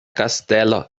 kastelo